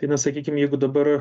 tai na sakykim jeigu dabar